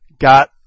got